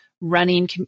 running